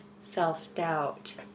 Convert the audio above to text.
self-doubt